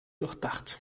durchdacht